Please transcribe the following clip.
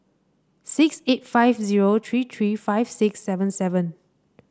six eight five zero three three five six seven seven